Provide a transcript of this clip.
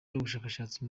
n’ubushakashatsi